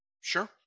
Sure